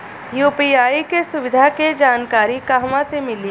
UPI के सुविधा के जानकारी कहवा से मिली?